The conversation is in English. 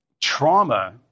trauma